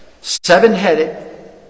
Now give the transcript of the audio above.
seven-headed